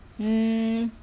mm